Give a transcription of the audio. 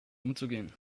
umzugehen